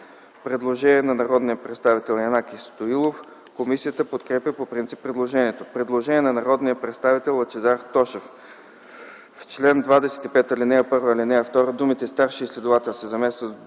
Предложение на народния представител Янаки Стоилов. Комисията подкрепя по принцип предложението. Предложение на народния представител Лъчезар Тошев: 1. В чл. 25, ал. 1 и ал. 2 думите „старши изследовател” се заместват